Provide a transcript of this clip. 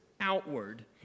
outward